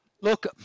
Look